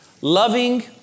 loving